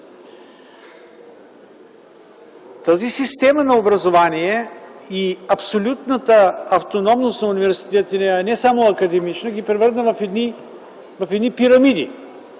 Тази система на образование и абсолютната автономност на университетите, не само академични, ги превърна в едни пирамиди.